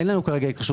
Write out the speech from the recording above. אין לנו התקשרות איתם.